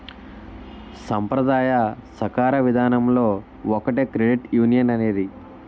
సాంప్రదాయ సాకార విధానంలో ఒకటే క్రెడిట్ యునియన్ అనేది